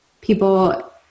people